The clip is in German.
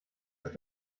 ist